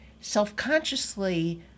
self-consciously